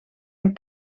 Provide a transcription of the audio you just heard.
een